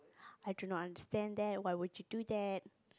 I do not understand that why would you do that